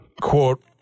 quote